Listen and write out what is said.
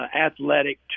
athletic